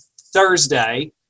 Thursday